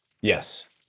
Yes